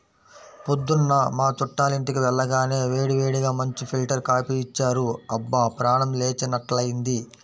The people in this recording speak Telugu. పొద్దున్న మా చుట్టాలింటికి వెళ్లగానే వేడివేడిగా మంచి ఫిల్టర్ కాపీ ఇచ్చారు, అబ్బా ప్రాణం లేచినట్లైంది